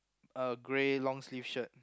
a grey long sleeve shirt